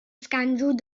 scandal